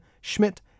Schmidt